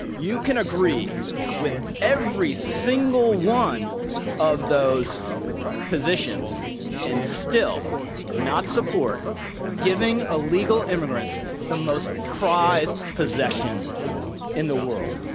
you can agree with every single one of those positions and still not support giving illegal immigrants the most prized possession in the world,